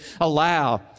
allow